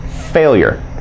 Failure